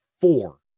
four